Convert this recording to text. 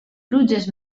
pluges